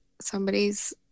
somebody's